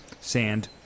Sand